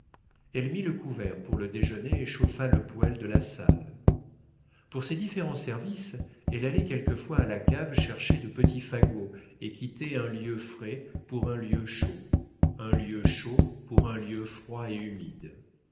elle mit le couvert pour le déjeuner et chauffa le poêle de la salle pour ces différents services elle allait quelquefois à la cave chercher de petits fagots et quittait un lieu frais pour un lieu chaud un lieu chaud pour un lieu froid et humide